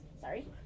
sorry